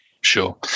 sure